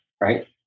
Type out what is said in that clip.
right